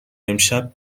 امشب